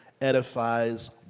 edifies